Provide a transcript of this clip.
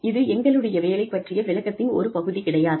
இது எங்களுடைய வேலை பற்றிய விளக்கத்தின் ஒரு பகுதி கிடையாது